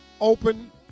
open